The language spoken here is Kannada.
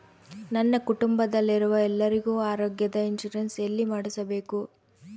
ನನ್ನ ಕುಟುಂಬದಲ್ಲಿರುವ ಎಲ್ಲರಿಗೂ ಆರೋಗ್ಯದ ಇನ್ಶೂರೆನ್ಸ್ ಎಲ್ಲಿ ಮಾಡಿಸಬೇಕು?